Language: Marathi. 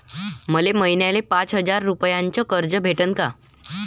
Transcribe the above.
मले महिन्याले पाच हजार रुपयानं कर्ज भेटन का?